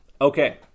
Okay